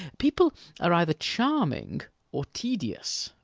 people are either charming or tedious.